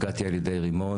רימון.